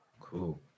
Cool